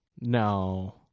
No